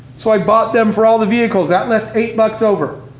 so i bought them for all the vehicles. that left eight bucks over.